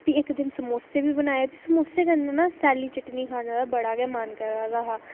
ते प्ही इक्क दिन समोसे बी बनाए समोसे कन्नै ना सैल्ली चटनी खाने दा बड़ा गै मन करा दा हा